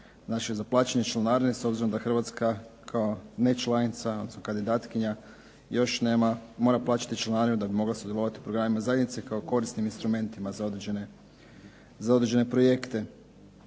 za plaćanje članarine s obzirom da Hrvatska kao nečlanica, odnosno kandidatkinja još nema, mora plaćati članarinu da bi mogla sudjelovati u programima zajednice kao korisnim instrumentima za određene projekte.